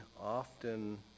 often